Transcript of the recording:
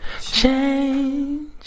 change